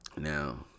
Now